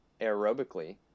aerobically